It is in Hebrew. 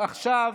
עכשיו.